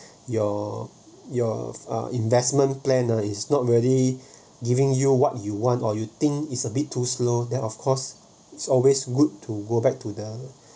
your your uh investment plan uh is not really giving you what you want or you think is a bit too slow then of course it's always good to go back to